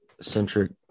centric